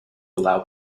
allow